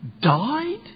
died